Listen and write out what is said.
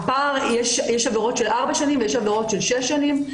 יש עבירות של ארבע שנים ויש עבירות של שש שנים.